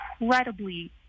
incredibly